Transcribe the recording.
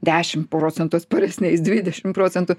dešimt procentų atsparesniais dvidešim procentų